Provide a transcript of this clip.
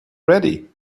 ready